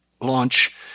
launch